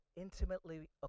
intimately